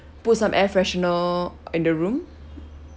put some air freshener in the room